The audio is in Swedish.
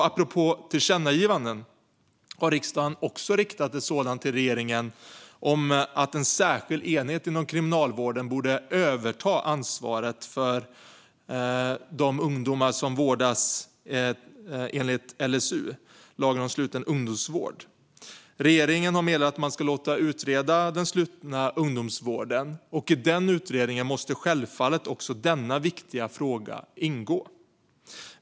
Apropå tillkännagivanden har riksdagen riktat ett sådant till regeringen om att en särskild enhet inom Kriminalvården borde överta ansvaret för de ungdomar som vårdas enligt LSU, lagen om sluten ungdomsvård. Regeringen har meddelat att man ska låta utreda den slutna ungdomsvården, och i utredningen måste självfallet denna viktiga fråga ingå.